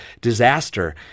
disaster